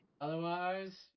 Otherwise